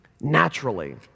naturally